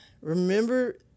Remember